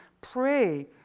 pray